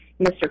Mr